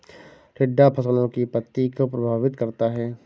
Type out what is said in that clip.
टिड्डा फसलों की पत्ती को प्रभावित करता है